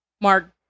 Mark